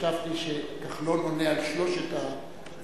חשבתי שכחלון עונה על שלוש ההצעות,